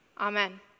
Amen